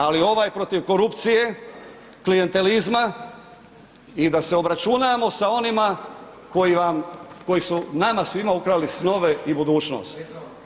Ali, ovaj protiv korupcije, klijentelizma i da se obračunamo sa onima koji vam, koji su nama svima ukrali snove i budućnosti.